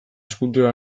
eskultura